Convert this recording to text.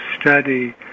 study